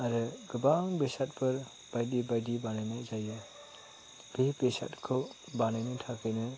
आरो गोबां बेसादफोर बायदि बायदि बानायनाय जायो बे बेसादखौ बानायनो थाखायनो